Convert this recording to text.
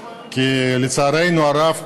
כי לצערנו הרב,